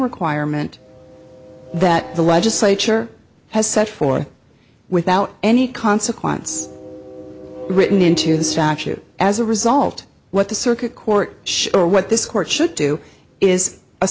requirement that the legislature has set for without any consequence written into the statute as a result what the circuit court or what this court should do is